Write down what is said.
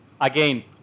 Again